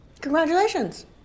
Congratulations